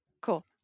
cool